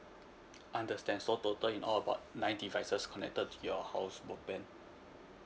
understand so total in all about nine devices connected to your house broadband